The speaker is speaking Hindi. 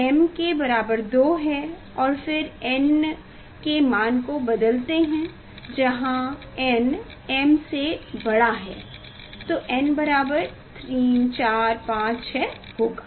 m के बराबर 2 है और फिर आप n के मान को बदलते हैं जहाँ n m से बड़ा है तो n बराबर 3 4 5 6 होगा